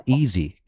easy